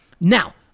Now